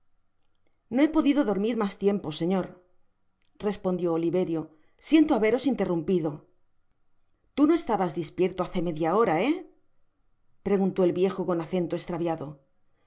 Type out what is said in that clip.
no he podido dormir mas tiempo señor respondió oliverio siento haberos interrumpido tu no estabas dispierto hace media hora he preguntó el viejo con acento estraviado